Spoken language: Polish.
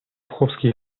chłopskiej